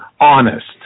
honest